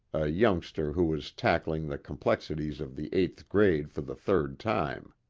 a youngster who was tackling the complexities of the eighth grade for the third time.